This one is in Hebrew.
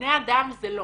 בני אדם זה לא.